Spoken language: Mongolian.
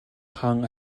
хаан